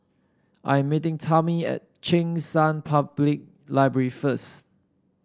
I am meeting Tami at Cheng San Public Library first